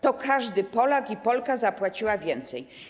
To każdy Polak i Polka zapłacili więcej.